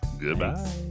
Goodbye